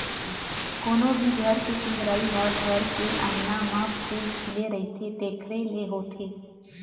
कोनो भी घर के सुंदरई ह घर के अँगना म फूल खिले रहिथे तेखरे ले होथे